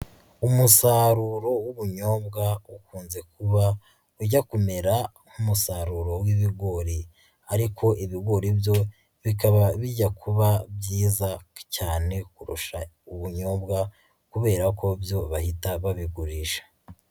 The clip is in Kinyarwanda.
Umusaruro w'ubunyobwa ukunze kuba ujya kumera nk'umusaruro w'ibigori ariko ibigori byo bikaba bijya kuba byiza cyane kurusha ubunyobwa, kubera ko byo bahita babigurisha.